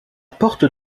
porte